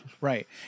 right